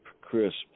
crisp